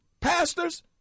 pastors